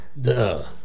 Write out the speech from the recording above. Duh